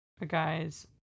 Guys